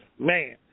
Man